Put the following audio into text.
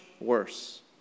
worse